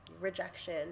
rejection